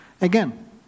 Again